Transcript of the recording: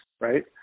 right